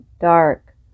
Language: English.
dark